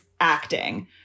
acting